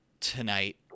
tonight